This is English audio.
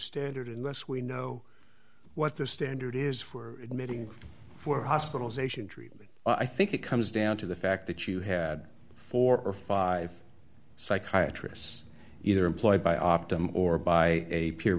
standard unless we know what the standard is for admitting for hospitalization treatment i think it comes down to the fact that you had four or five psychiatry us either employed by optum or by a p